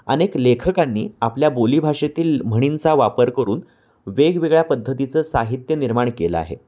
अनेक लेखकांनी आपल्या बोली भाषेतील म्हणींचा वापर करून वेगवेगळ्या पद्धतीचं साहित्य निर्माण केलं आहे